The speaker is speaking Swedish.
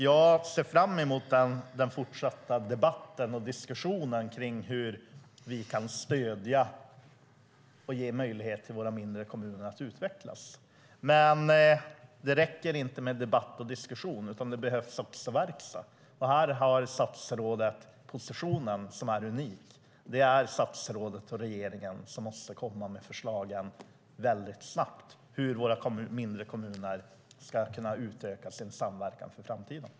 Jag ser fram emot den fortsatta debatten och diskussionen om hur vi kan stödja våra mindre kommuner och ge dem möjlighet att utvecklas. Det räcker dock inte med debatt och diskussion. Det behövs också verkstad. Här har statsrådet en unik position. Statsrådet och regeringen måste snabbt komma med förslag om hur våra mindre kommuner ska kunna utöka sin samverkan för framtiden.